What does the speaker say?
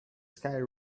sky